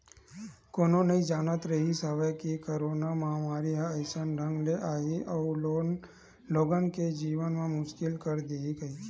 कोनो नइ जानत रिहिस हवय के करोना महामारी ह अइसन ढंग ले आही अउ लोगन मन के जीना मुसकिल कर दिही कहिके